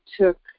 took